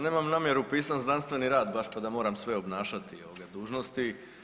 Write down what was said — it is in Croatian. Nemam namjeru pisati znanstveni rad baš pa da moram sve obnašati ovoga dužnosti.